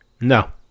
No